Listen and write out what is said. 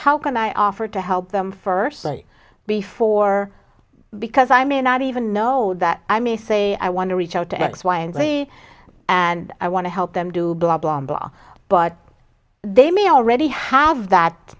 how can i offer to help them first before because i may not even know that i may say i want to reach out to x y and z and i want to help them do blah blah blah but they may already have that